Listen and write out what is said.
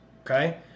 okay